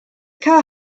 car